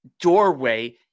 doorway